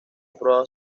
probado